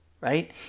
right